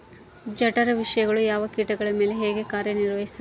ಜಠರ ವಿಷಯಗಳು ಯಾವ ಕೇಟಗಳ ಮೇಲೆ ಹೇಗೆ ಕಾರ್ಯ ನಿರ್ವಹಿಸುತ್ತದೆ?